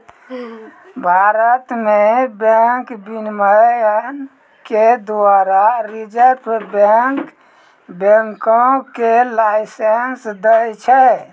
भारत मे बैंक विनियमन के द्वारा रिजर्व बैंक बैंको के लाइसेंस दै छै